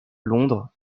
londres